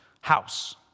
house